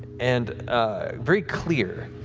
and very clear.